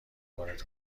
وارد